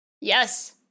Yes